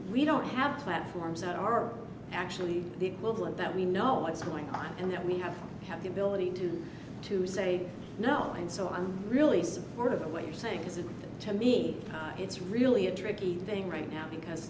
don't have platforms that are actually the equivalent that we know what's going on and that we have to have the ability to to say no and so i'm really supportive the way you're saying is it to me it's really a tricky thing right now because